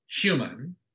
human